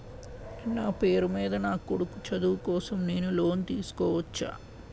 నా పేరు మీద నా కొడుకు చదువు కోసం నేను లోన్ తీసుకోవచ్చా?